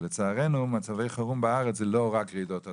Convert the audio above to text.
ולצערנו מצבי חירום בארץ זה לא רק רעידות אדמה,